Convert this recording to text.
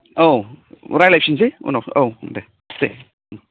औ रायज्लायफिनसै उनाव औ दे दे